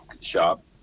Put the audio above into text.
shop